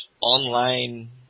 online